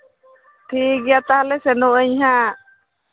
ᱴᱷᱤᱠ ᱜᱮᱭᱟ ᱛᱟᱦᱞᱮ ᱥᱮᱱᱚᱜ ᱟᱹᱧ ᱦᱟᱸᱜ